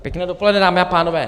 Pěkné dopoledne, dámy a pánové.